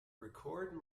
record